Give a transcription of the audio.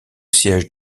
siège